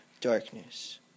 darkness